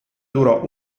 durò